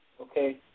okay